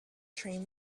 train